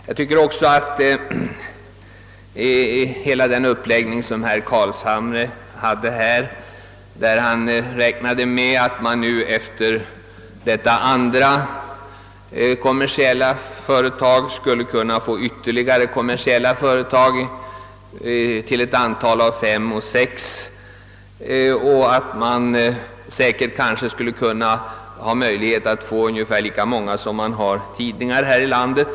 Herr Carlshamre räknade med att man efter detta andra kommersiella företag skulle få ytterligare fem eller sex kommersiella företag och efterhand skulle ha möjlighet att få lika många sådana företag, som man har tidningar här i landet.